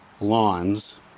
lawns